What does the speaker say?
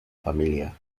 familia